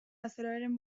azaroaren